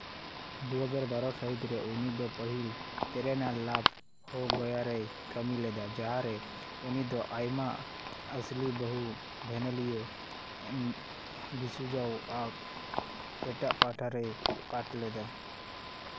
ᱫᱩ ᱦᱟᱡᱟᱨ ᱵᱟᱨᱚ ᱥᱟᱹᱦᱤᱛ ᱨᱮ ᱩᱱᱤ ᱫᱚ ᱯᱟᱹᱦᱤᱞ ᱛᱮᱨᱮᱱᱟᱞ ᱞᱟᱵᱷ ᱦᱳ ᱜᱟᱭᱟ ᱨᱮᱭ ᱠᱟᱹᱢᱤ ᱞᱮᱫᱟ ᱡᱟᱦᱟᱸ ᱨᱮ ᱩᱱᱤ ᱫᱚ ᱟᱭᱢᱟ ᱟᱹᱥᱞᱤ ᱵᱟᱹᱦᱩ ᱵᱷᱮᱱᱮᱞᱤᱭᱟᱹ ᱫᱤᱥᱩᱡᱟᱣ ᱟᱜ ᱮᱴᱟᱜ ᱯᱟᱴᱟᱨᱮᱭ ᱯᱟᱨᱴ ᱞᱮᱫᱟ